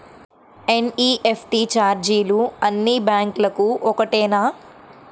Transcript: NEFT ఛార్జీలు అన్నీ బ్యాంక్లకూ ఒకటేనా?